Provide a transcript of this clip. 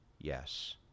yes